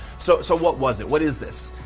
so so, what was it? what is this?